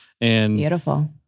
Beautiful